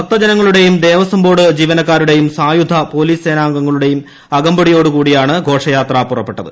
ഭക്തജനങ്ങളുടെയും Devaswom board ജീവനക്കാരുടെയും സായുധ police സേനാംഗങ്ങളുടെയും അകമ്പടിയോടു കൂടിയാണ് ഘോഷയാത്ര പുറപ്പെട്ടത്